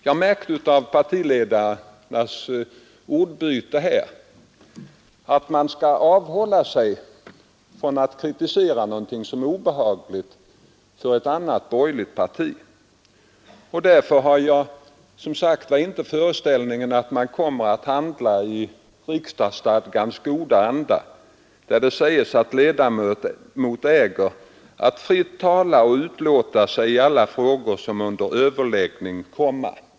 Jag märkte av partiledarnas ordbyte att man tydligen bör avhålla sig från att kritisera någonting som kan vara obehagligt för ett annat borgerligt parti. Därför har jag inte föreställningen att de kommer att handla i riksdagsstadgans goda anda, där det sägs att ledamot äger att fritt tala och utlåta sig i alla frågor som under överläggning komma.